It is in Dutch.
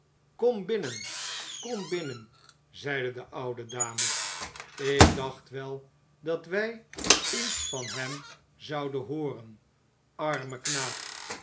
kom binnen kom binnen zeide de oude dame ik dacht wel dat wij iets van hem zouden hooren arme knaap